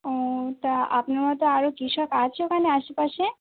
ও তা আপনারা তো আরো কৃষক আছে ওখানে আশেপাশে